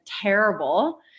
terrible